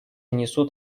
несут